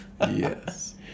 Yes